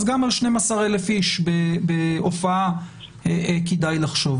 אז גם על 12,000 איש בהופעה כדאי לחשוב,